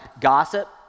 gossip